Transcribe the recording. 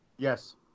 Yes